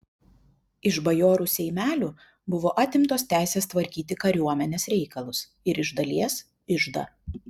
iš bajorų seimelių buvo atimtos teisės tvarkyti kariuomenės reikalus ir iš dalies iždą